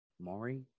Maury